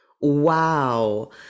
Wow